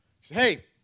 Hey